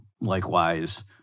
likewise